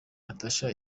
natacha